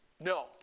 No